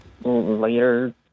Later